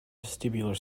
vestibular